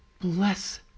bless